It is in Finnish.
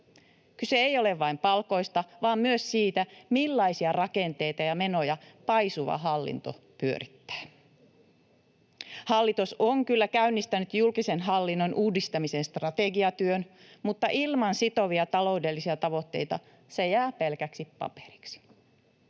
Kyse ei ole vain palkoista vaan myös siitä, millaisia rakenteita ja menoja paisuva hallinto pyörittää. Hallitus on kyllä käynnistänyt julkisen hallinnon uudistamisen strategiatyön, mutta ilman sitovia taloudellisia tavoitteita se jää pelkäksi paperiksi.